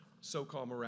so-called